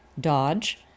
Dodge